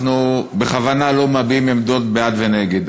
אנחנו בכוונה לא מביעים עמדות בעד ונגד.